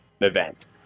event